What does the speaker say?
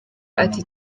ati